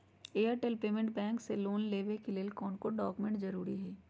Airtel payments bank से loan लेवे के ले कौन कौन डॉक्यूमेंट जरुरी होइ?